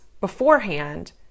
beforehand